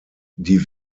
die